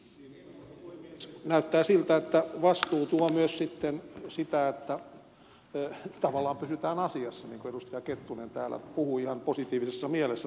nyt näyttää siltä että vastuu tuo myös sitten sitä että tavallaan pysytään asiassa niin kuin edustaja kettunen täällä puhui ihan positiivisessa mielessä tarkoitan tätä